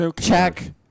Check